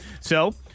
So-